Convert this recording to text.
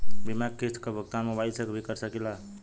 बीमा के किस्त क भुगतान मोबाइल से भी कर सकी ला?